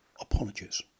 Apologies